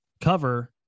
cover